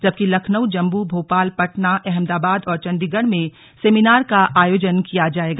जबकि लखनऊ जम्मू भोपाल पटना अहमदाबाद और चंडीगढ़ में सेमिनार का आयोजन किया जाएगा